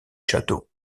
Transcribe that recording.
château